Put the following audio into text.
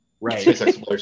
Right